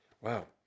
Wow